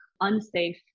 unsafe